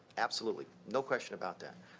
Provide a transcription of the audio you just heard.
absolutely. no question about that.